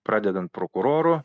pradedant prokuroru